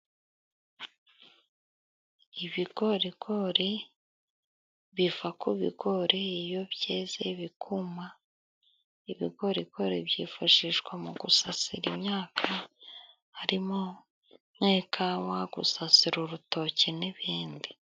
Ibigorigori biva ku bigori iyo byeze bikuma. Ibigorigori byifashishwa mu gusasira imyaka harimo n'ikawa gusasira urutoke n'ibindi.